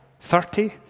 thirty